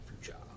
future